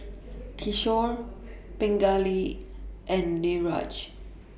Kishore Pingali and Niraj